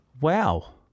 Wow